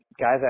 guys